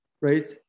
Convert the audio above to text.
right